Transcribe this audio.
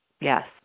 Yes